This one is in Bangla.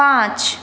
পাঁচ